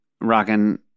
rockin